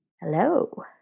Hello